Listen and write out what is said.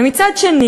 ומצד שני,